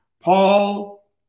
Paul